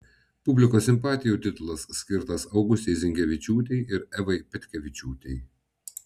publikos simpatijų titulas skirtas augustei zinkevičiūtei ir evai petkevičiūtei